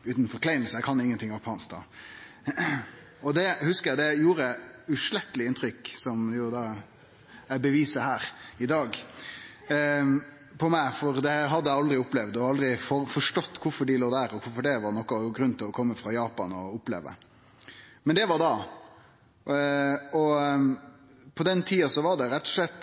Eg hugsar at det gjorde eit uutsletteleg inntrykk på meg, som eg jo da beviser her i dag. Det hadde eg aldri opplevd, og eg forstod ikkje kvifor dei låg der, og kvifor det var noko å kome frå Japan og oppleve. Men det var da. På den tida var det rett og slett